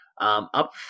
up